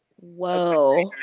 Whoa